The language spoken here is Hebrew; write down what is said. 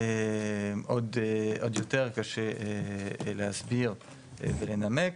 עוד יותר קשה להסביר ולנמק.